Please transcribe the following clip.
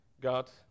got